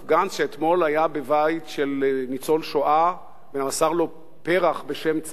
שאתמול היה בבית של ניצול השואה ומסר לו פרח בשם צה"ל,